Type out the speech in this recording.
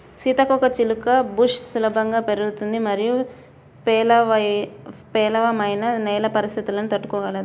సీతాకోకచిలుక బుష్ సులభంగా పెరుగుతుంది మరియు పేలవమైన నేల పరిస్థితులను తట్టుకోగలదు